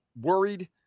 worried